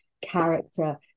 Character